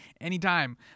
anytime